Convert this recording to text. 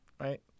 right